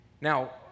Now